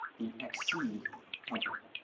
the exceed company.